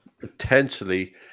Potentially